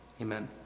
Amen